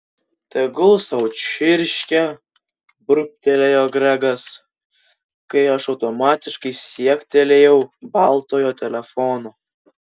tegul sau čirškia burbtelėjo gregas kai aš automatiškai siektelėjau baltojo telefono